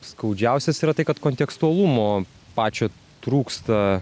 skaudžiausias yra tai kad kontekstualumo pačio trūksta